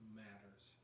matters